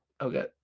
Okay